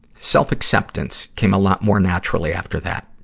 self-acceptance came a lot more naturally after that.